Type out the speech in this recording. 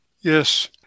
Yes